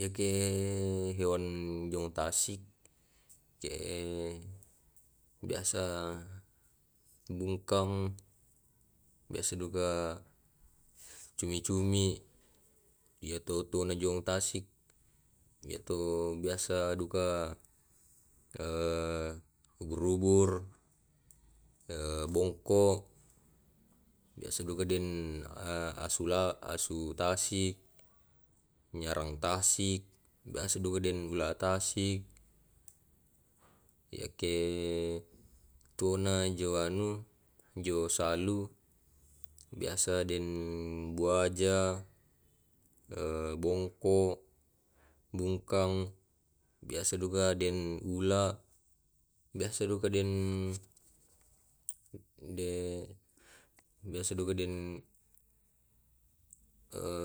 Yake hewan jong tasik biasa bungkang biasa duka cumi-cumi yato otona jong tasik ya to biasa duka ubur-ubur, bongko biasa duka deng asu la asu tasik, nyarang tasik, biasa duka deng ula’ tasik yake tuona jo anu jo salu biasa deng buaja, bongko, bungkang, biasa duka deng ula’ biasa duka deng deng biasa duka deng